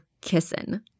kissing